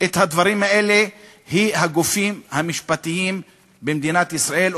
את הדברים האלה הוא הגופים המשפטיים במדינת ישראל,